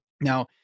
Now